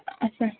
असं